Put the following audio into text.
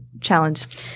challenge